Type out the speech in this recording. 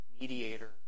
mediator